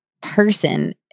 person